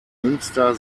münster